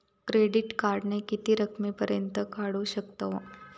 Credit card किती रकमेपर्यंत काढू शकतव?